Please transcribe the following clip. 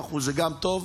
70% זה טוב,